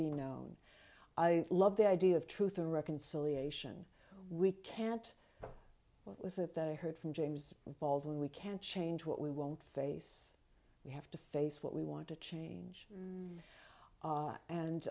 be known i love the idea of truth and reconciliation we can't what was it that i heard from james baldwin we can't change what we won't face we have to face what we want to change